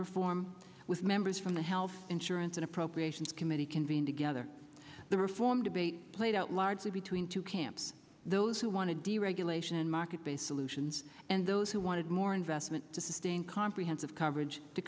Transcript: reform with members from the health insurance an appropriations committee convened together the reform debate played out largely between two camps those who want to deregulation and market based solutions and those who wanted more investment to sustain comprehensive coverage to